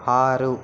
ఆరు